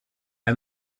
han